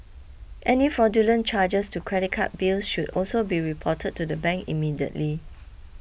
any fraudulent charges to credit card bills should also be reported to the bank immediately